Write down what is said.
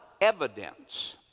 evidence